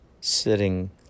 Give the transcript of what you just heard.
sitting